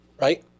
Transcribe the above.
right